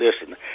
listen